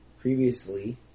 previously